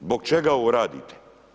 Zbog čega ovo radite?